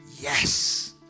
yes